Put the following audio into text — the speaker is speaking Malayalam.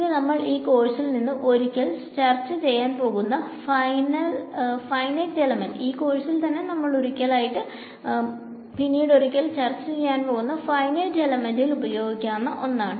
ഇത് നമ്മൾ ഈ കോഴ്സിൽ ഇനി ഒരിക്കൽ ചർച്ച ചെയ്യാൻ പോകുന്ന ഫൈനൈറ്റ് എലമെന്റ് ഇൽ ഉപയോഗിക്കാവുന്ന ഒന്നാണ്